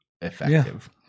effective